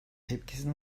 tepkisi